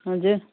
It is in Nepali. हजुर